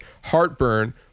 Heartburn